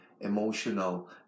emotional